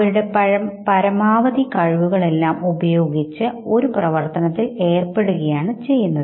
അവരുടെ ഉള്ളിൽ എത്രമാത്രം ദുഃഖം ഉണ്ടെങ്കിലും ആ പുഞ്ചിരി ആയിരിക്കും അവരുടെ മുഖത്ത് ഉണ്ടാകുന്ന ഭാവം